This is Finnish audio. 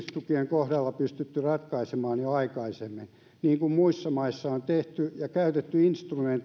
kohdalla pystytty ratkaisemaan jo aikaisemmin niin kuin muissa maissa on tehty ja käytetty instrumentteja